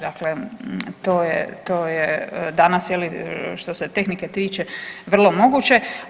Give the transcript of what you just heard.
Dakle, to je, to je danas je li što se tehnike tiče vrlo moguće.